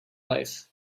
life